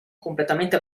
completamente